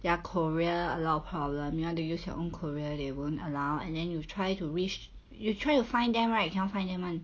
their courier a lot of problem you want to use your own courier they won't allow and then you try to reach you try to find them right you cannot find them [one]